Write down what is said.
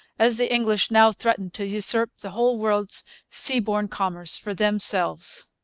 as the english now threaten to usurp the whole world's seaborne commerce for themselves.